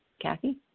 Kathy